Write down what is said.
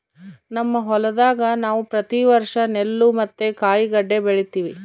ನಮ್ಮ ಹೊಲದಾಗ ನಾವು ಪ್ರತಿ ವರ್ಷ ನೆಲ್ಲು ಮತ್ತೆ ಕಾಯಿಗಡ್ಡೆ ಬೆಳಿತಿವಿ